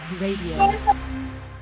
Radio